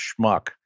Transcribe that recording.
schmuck